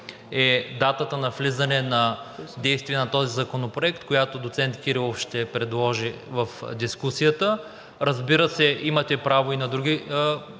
е датата на влизане в действие на този законопроект, която доцент Кирилов ще предложи в дискусията. Разбира се, имате право и на други